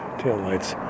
taillights